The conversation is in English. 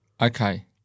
Okay